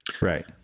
right